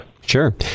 Sure